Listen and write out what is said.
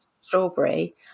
strawberry